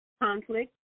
conflict